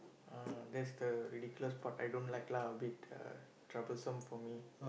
ah that's the ridiculous part I don't like lah a bit uh troublesome for me